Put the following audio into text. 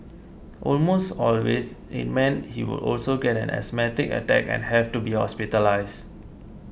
almost always it meant he would also get an asthmatic attack and have to be hospitalised